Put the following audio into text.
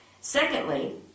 Secondly